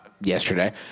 yesterday